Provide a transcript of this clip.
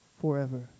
forever